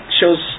shows